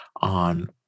on